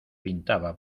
pintaba